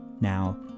Now